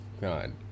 God